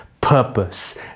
purpose